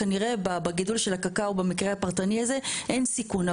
כנראה בגידול של הקקאו במקרה הפרטני הזה אין סיכון.